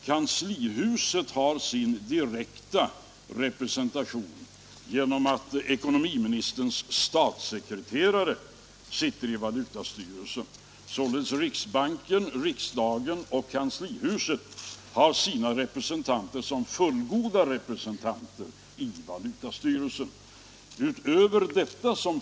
Kanslihuset har sin direktrepresentation genom att ekonomiministerns statssekreterare sitter i valutastyrelsen. Så Nr 128 ledes: riksbankens, riksdagens och kanslihusets representanter är fullgoda Onsdagen den representanter i valutastyrelsen.